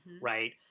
right